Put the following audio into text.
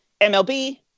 MLB